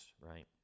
right